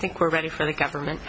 i think we're ready for the government